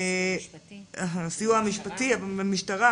הסיוע המשפטי, המשטרה,